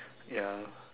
ya